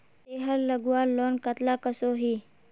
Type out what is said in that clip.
तेहार लगवार लोन कतला कसोही?